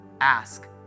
ask